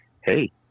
Hey